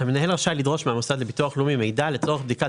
המנהל רשאי לדרוש מהמוסד לביטוח לאומי מידע לצורך בדיקת